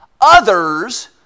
others